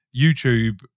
YouTube